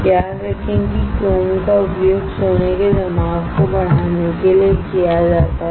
याद रखें कि क्रोम का उपयोग गोल्ड के जमाव को बढ़ाने के लिए किया जाता है